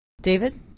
David